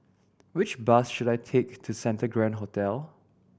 which bus should I take to Santa Grand Hotel